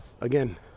Again